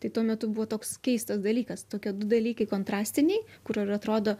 tai tuo metu buvo toks keistas dalykas tokie du dalykai kontrastiniai kur ir atrodo